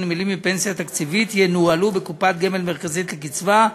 הנמלים בפנסיה תקציבית ינוהלו בקופת גמל מרכזית לקצבה.